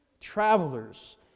travelers